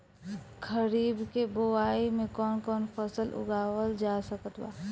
खरीब के बोआई मे कौन कौन फसल उगावाल जा सकत बा?